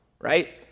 right